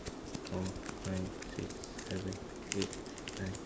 four five six seven eight nine